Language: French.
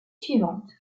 suivante